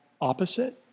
opposite